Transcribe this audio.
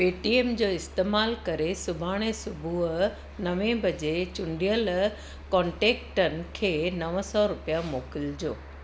Paytm जो इस्तेमाल करे सुभाणे सुबुहु नवे बजे चूंडियल कॉन्टेकटनि खे नव सौ रुपे मोकिलिजो